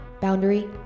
Boundary